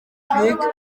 afrique